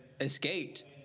escaped